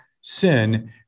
sin